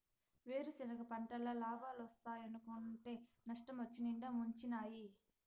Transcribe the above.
వేరుసెనగ పంటల్ల లాబాలోస్తాయనుకుంటే నష్టమొచ్చి నిండా ముంచినాయి